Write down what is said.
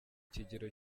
kigero